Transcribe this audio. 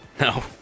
No